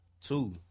two